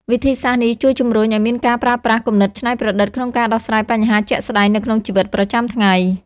វិធីសាស្ត្រនេះជួយជំរុញឲ្យមានការប្រើប្រាស់គំនិតច្នៃប្រឌិតក្នុងការដោះស្រាយបញ្ហាជាក់ស្តែងនៅក្នុងជីវិតប្រចាំថ្ងៃ។